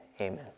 Amen